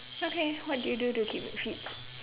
okay what do you do to keep fit